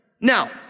Now